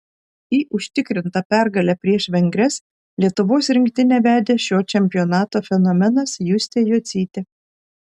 į užtikrintą pergalę prieš vengres lietuvos rinktinę vedė šio čempionato fenomenas justė jocytė